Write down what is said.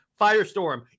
Firestorm